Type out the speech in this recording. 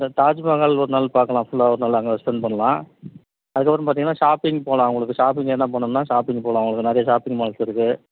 sir Taj Mahal ஒரு நாள் பார்க்கலாம் ஃபுல்லாக ஒரு நாள் அங்கே ஸ்பெண்ட் பண்ணலாம் அதுக்கப்புறம் பார்த்தீங்கன்னா ஷாப்பிங் போகலாம் உங்களுக்கு ஷாப்பிங் எதுனா பண்ணணுன்னா ஷாப்பிங் போகலாம் உங்களுக்கு நிறைய ஷாப்பிங் மால்ஸ் இருக்குது